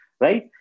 right